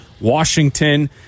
Washington